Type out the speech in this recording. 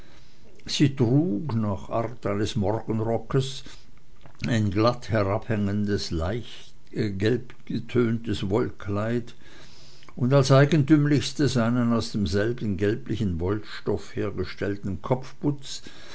sie trug nach art eines morgenrockes ein glatt herabhängendes leis gelbgetöntes wollkleid und als eigentümlichstes einen aus demselben gelblichen wollstoff hergestellten kopfputz